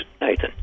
Nathan